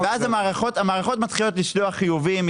ואז המערכות מתחילות לשלוח חיובים,